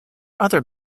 other